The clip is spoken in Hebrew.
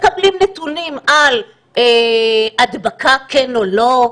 מקבלים נתונים על הדבקה כן או לא,